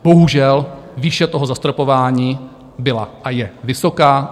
Bohužel výše toho zastropování byla a je vysoká.